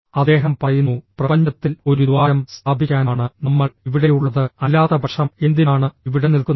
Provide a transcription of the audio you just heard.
അദ്ദേഹം പറയുന്നു പ്രപഞ്ചത്തിൽ ഒരു ദ്വാരം സ്ഥാപിക്കാനാണ് നമ്മൾ ഇവിടെയുള്ളത് അല്ലാത്തപക്ഷം എന്തിനാണ് ഇവിടെ നിൽക്കുന്നത്